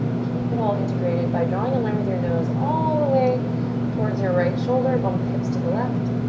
keep it all integrated by drawing a line with your nose all the way towards your right shoulder. bump the hips to the left.